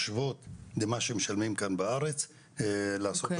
שתהיה השוואה למה שמשלמים כאן בארץ ולא